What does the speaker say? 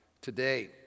today